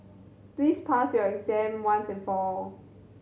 please pass your exam once and for all